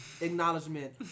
acknowledgement